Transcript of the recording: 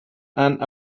and